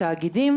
התאגידים,